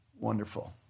wonderful